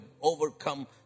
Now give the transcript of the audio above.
overcome